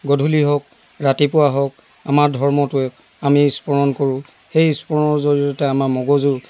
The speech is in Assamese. গধূলি হওক ৰাতিপুৱা হওক আমাৰ ধৰ্মটোৱে আমি স্মৰণ কৰো সেই স্মৰণৰ জৰিয়তে আমাৰ মগজুত